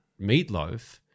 meatloaf